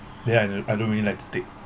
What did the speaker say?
then I don~ I don't really like to take